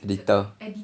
editor